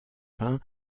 pain